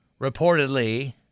reportedly